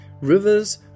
Rivers